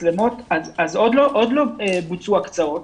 אז עוד לא בוצעו הקצאות.